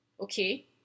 okay